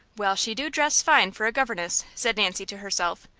well, she do dress fine for a governess, said nancy to herself.